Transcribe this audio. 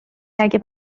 اگه